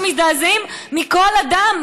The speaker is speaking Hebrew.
אנחנו מזדעזעים כשכל אדם,